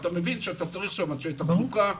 צריך שם אנשי תחזוקה,